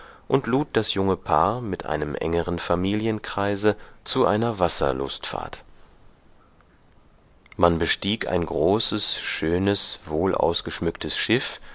und lud das junge paar mit einem engeren familienkreise zu einer wasserlustfahrt man bestieg ein großes schönes wohlausgeschmücktes schiff